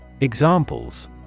Examples